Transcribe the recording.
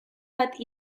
bat